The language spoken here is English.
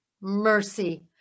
mercy